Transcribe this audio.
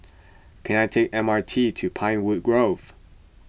can I take M R T to Pinewood Grove